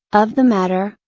of the matter,